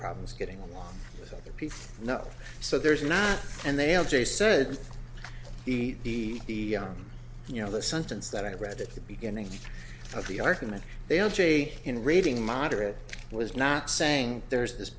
problems getting along with other people no so there's not and they all jay said the you know the sentence that i read at the beginning of the argument they all say in reading moderate was not saying there's this